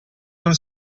non